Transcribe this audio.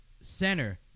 Center